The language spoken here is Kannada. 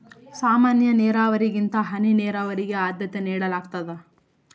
ಸಾಮಾನ್ಯ ನೇರಾವರಿಗಿಂತ ಹನಿ ನೇರಾವರಿಗೆ ಆದ್ಯತೆ ನೇಡಲಾಗ್ತದ